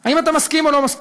אתה מסכים או לא מסכים?